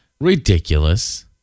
Ridiculous